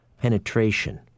Penetration